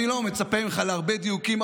אני לא מצפה ממך להרבה דיוקים,